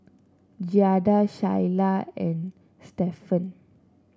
Giada Shyla and Stephan